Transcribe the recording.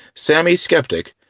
sammy skeptic,